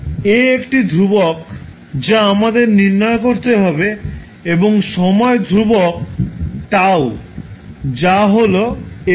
A একটি ধ্রুবক যা আমাদের নির্ণয় করতে হবে এবং সময় ধ্রুবক হল τ যা হল LR